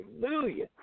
hallelujah